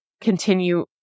continue